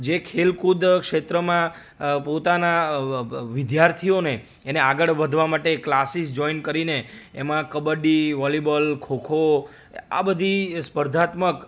જે ખેલકૂદ ક્ષેત્રમાં પોતાના વિદ્યાર્થીઓને એને આગળ વધવા માટે ક્લાસીસ જોઇન કરીને એમાં કબડ્ડી વોલીબોલ ખોખો આ બધી સ્પર્ધાત્મક